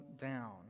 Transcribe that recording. down